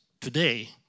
today